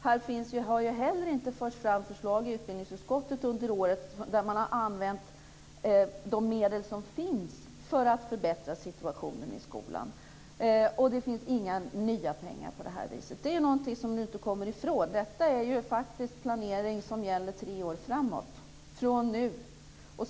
Det har heller inte förts fram förslag i utbildningsutskottet under året där man har använt de medel som finns för att förbättra situationen i skolan, och det finns inga nya pengar. Det är någonting som ni inte kommer ifrån. Detta är faktiskt planering som gäller tre år framåt, från nu.